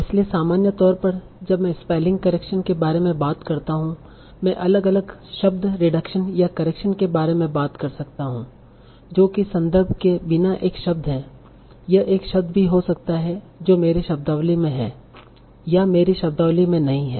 इसलिए सामान्य तौर पर जब मैं स्पेलिंग करेक्शन के बारे में बात करता हूं मैं अलग अलग शब्द रिडक्शन या करेक्शन के बारे में बात कर सकता हूं जो कि संदर्भ के बिना एक शब्द है यह एक शब्द भी हो सकता है जो मेरी शब्दावली में है या मेरी शब्दावली में नहीं है